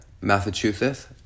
Massachusetts